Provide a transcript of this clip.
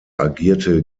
agierte